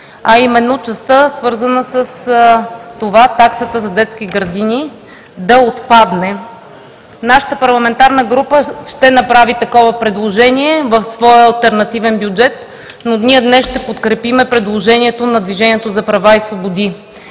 а именно в частта, свързана с това таксата за детски градини да отпадне. Нашата парламентарна група ще направи такова предложение в своя алтернативен бюджет, но ние днес ще подкрепим предложението на „Движението за права и свободи“.